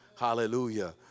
Hallelujah